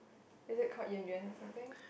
is it called Yuan-Yuan or something